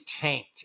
tanked